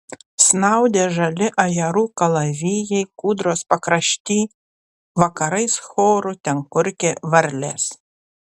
snaudė žali ajerų kalavijai kūdros pakrašty vakarais choru ten kurkė varlės